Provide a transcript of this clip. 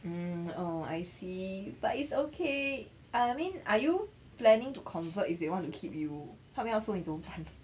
um oh I see but it's okay I mean are you planning to convert if you want to keep you 他们收你怎么办